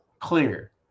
clear